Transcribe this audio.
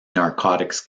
narcotics